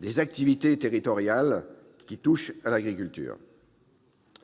les activités territoriales qui touchent à l'agriculture.